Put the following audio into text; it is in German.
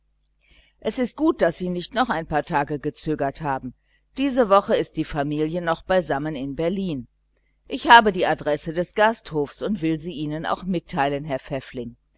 es ist gut daß sie nicht noch ein paar tage gezögert haben diese woche ist die familie noch beisammen in berlin ich habe die adresse des hotels und ich will sie ihnen auch mitteilen herr pfäffling